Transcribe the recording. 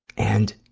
and